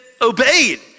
obeyed